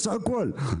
יש הכול,